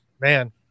Man